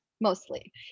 mostly